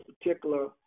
particular